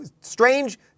Strange